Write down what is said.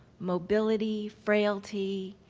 mobility, frailty,